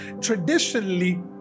traditionally